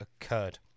occurred